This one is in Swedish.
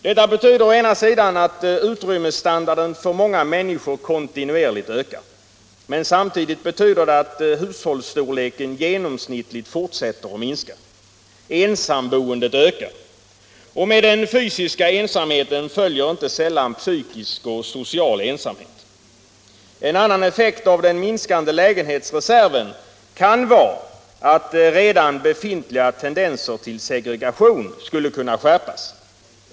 Detta betyder å ena sidan att utrymmesstandarden för många människor kontinuerligt stiger. Men samtidigt betyder det att hushållsstorleken genomsnittligt fortsätter att minska. Ensamboendet ökar. Och med den fysiska ensamheten följer inte sällan psykisk och social ensamhet. debatt Allmänpolitisk debatt En annan effekt av den minskande lägenhetsreserven är att redan befintliga tendenser till segregation skulle kunna skärpas.